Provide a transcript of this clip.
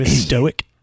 stoic